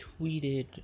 tweeted